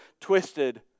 twisted